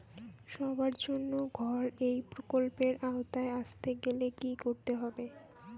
সবার জন্য ঘর এই প্রকল্পের আওতায় আসতে গেলে কি করতে হবে?